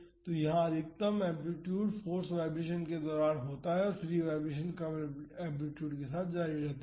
तो यहां अधिकतम एम्पलीटूड फोर्स्ड वाईब्रेशन के दौरान होता है और फ्री वाईब्रेशन कम एम्पलीटूड के साथ जारी रहता है